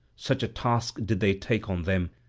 such a task did they take on them,